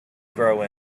grow